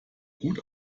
gut